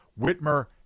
Whitmer